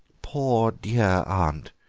poor dear aunt,